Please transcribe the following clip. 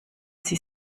sie